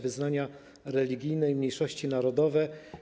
Wyznania religijne i mniejszości narodowe.